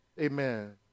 amen